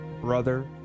brother